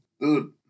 Dude